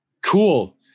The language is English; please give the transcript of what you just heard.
cool